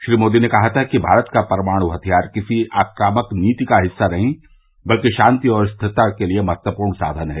श्री मोदी ने कहा था कि भारत का परमाणु हथियार किसी आक्रमक नीति का हिस्सा नहीं बल्कि शांति और स्थिरता के लिए महत्वपूर्ण साधन है